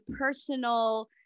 personal